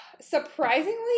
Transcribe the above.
surprisingly